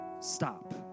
stop